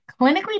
clinically